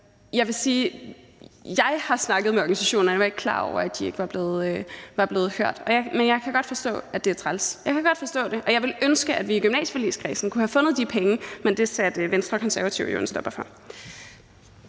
jeg har snakket med organisationerne. Jeg var ikke klar over, at de ikke var blevet hørt, men jeg kan godt forstå, at det er træls. Jeg kan godt forstå det, og jeg ville ønske, at vi i gymnasieforligskredsen kunne have fundet de penge, men det satte Venstre og Konservative jo en stopper for.